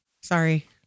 Sorry